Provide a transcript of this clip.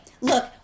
Look